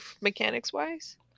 mechanics-wise